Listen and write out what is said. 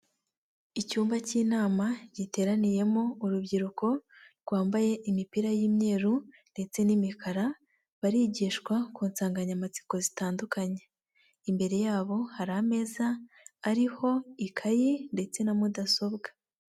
Icyumba cy'inama giteraniyemo urubyiruko rwambaye imipira y'imyeru ndetse n'imikara barigishwa ku nsanganyamatsiko zitandukanye. Imbere yabo hari ameza ariho ikayi ndetse na mudasobwa.